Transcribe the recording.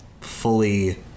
fully